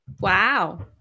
Wow